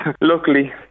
Luckily